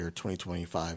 2025